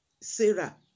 sarah